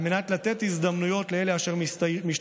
על מנת לתת הזדמנויות לאלה אשר משתייכים